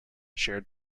shared